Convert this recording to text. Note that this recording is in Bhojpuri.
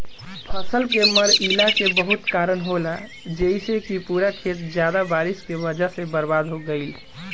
फसल के मरईला के बहुत कारन होला जइसे कि पूरा खेत ज्यादा बारिश के वजह से बर्बाद हो गईल